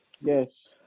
Yes